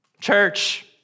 Church